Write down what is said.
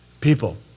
People